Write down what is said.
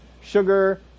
sugar